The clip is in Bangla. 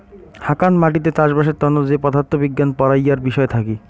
হাকান মাটিতে চাষবাসের তন্ন যে পদার্থ বিজ্ঞান পড়াইয়ার বিষয় থাকি